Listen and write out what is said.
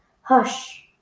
Hush